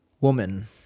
woman